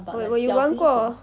我我有玩过